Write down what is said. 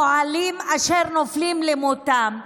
פועלים נופלים למותם.